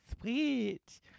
sweet